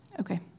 Okay